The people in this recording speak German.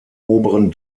oberen